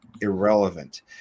irrelevant